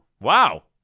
wow